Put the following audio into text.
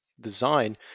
design